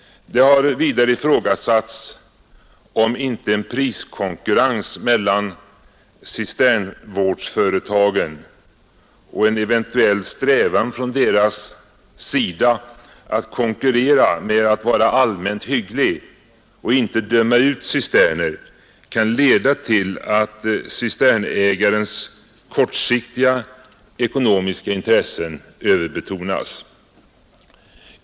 Det har vidare ifrågasatts om inte en priskonkurrens mellan cisternvårdsföretagen och en eventuell strävan från deras sida att konkurrera genom att vara allmänt hyggliga och inte döma ut cisterner kan leda till att cisternägarens kortsiktiga ekonomiska intressen överbetonas.